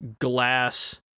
glass